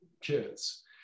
kids